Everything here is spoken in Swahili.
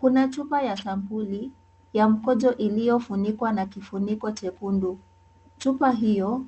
Kuna chupa ya Sampuli ya mkojo iliyofunikwa na kifuniko jekundu. Chupa hiyo